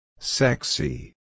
Sexy